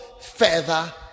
further